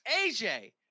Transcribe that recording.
AJ